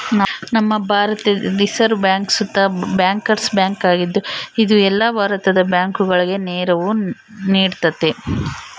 ನಮ್ಮ ಭಾರತುದ್ reserve bank ಸುತ ಬ್ಯಾಂಕರ್ಸ್ ಬ್ಯಾಂಕ್ ಆಗಿದ್ದು, ಇದು ಎಲ್ಲ ಭಾರತದ ಬ್ಯಾಂಕುಗುಳಗೆ ನೆರವು ನೀಡ್ತತೆ